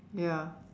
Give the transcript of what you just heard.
ya